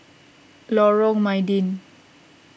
Lorong Mydin